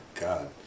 God